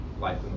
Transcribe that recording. life